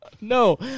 No